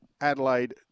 Adelaide